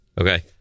Okay